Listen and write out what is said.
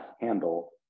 handle